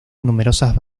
numerosas